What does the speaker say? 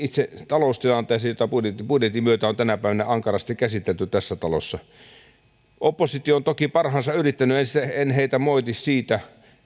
taloustilanteeseen jota budjetin budjetin myötä on tänä päivänä ankarasti käsitelty tässä talossa oppositio on toki parhaansa yrittänyt en heitä moiti siitä